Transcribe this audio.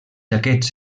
aquests